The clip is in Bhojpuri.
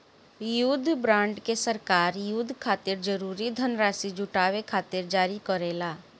युद्ध बॉन्ड के सरकार युद्ध खातिर जरूरी धनराशि जुटावे खातिर जारी करेला